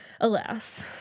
Alas